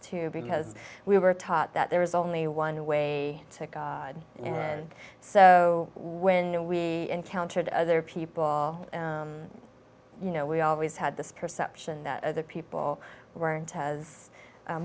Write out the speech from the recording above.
to because we were taught that there was only one way to god and so when we encountered other people you know we always had this perception that other people weren't as a